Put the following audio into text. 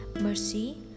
mercy